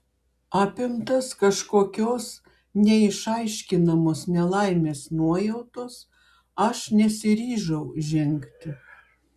apimtas kažkokios neišaiškinamos nelaimės nuojautos aš nesiryžau žengti